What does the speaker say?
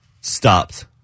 Stopped